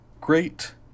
great